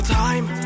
time